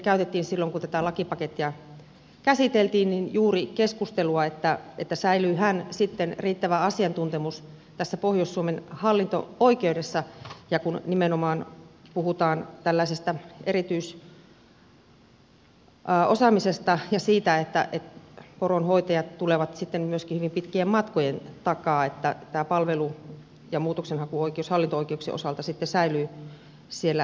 silloin kun tätä lakipakettia käsiteltiin siitäkin käytiin juuri keskustelua että säilyyhän sitten riittävä asiantuntemus tässä pohjois suomen hallinto oikeudessa ja kun nimenomaan puhutaan tällaisesta erityisosaamisesta ja siitä että poronhoitajat tulevat sitten myöskin hyvin pitkien matkojen takaa että tämä palvelu ja muutoksenhakuoikeus hallinto oikeuksien osalta sitten säilyy siellä rovaniemellä